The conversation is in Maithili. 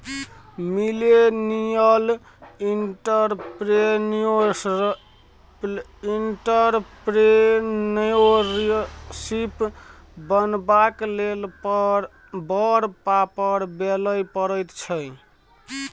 मिलेनियल एंटरप्रेन्योरशिप बनबाक लेल बड़ पापड़ बेलय पड़ैत छै